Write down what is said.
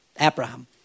Abraham